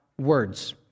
words